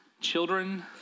children